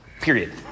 Period